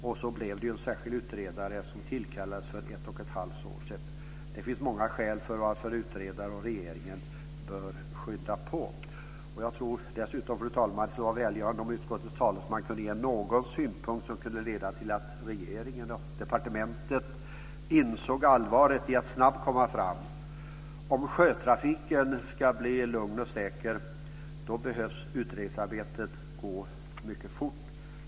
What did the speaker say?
Och en särskild utredare tillkallades ju för ett och ett halvt år sedan. Det finns många skäl till att utredare och regeringen bör skynda på. Jag tror dessutom, fru talman, att det skulle vara välgörande om utskottets talesman kunde ge någon synpunkt som kunde leda till att regeringen och departementet insåg allvaret i att snabbt komma fram. Om sjötrafiken ska bli lugn och säker behöver utredningsarbetet gå mycket fort.